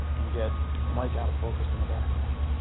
and get mike out of focus in the background.